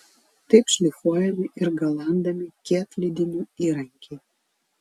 taip šlifuojami ir galandami kietlydinių įrankiai